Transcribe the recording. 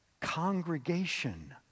Congregation